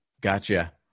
Gotcha